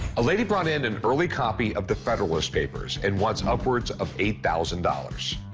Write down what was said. a lady brought in an early copy of the federalist papers and wants upwards of eight thousand dollars.